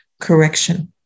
correction